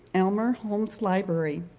elmer holmes library.